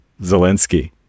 Zelensky